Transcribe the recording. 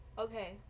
Okay